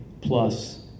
plus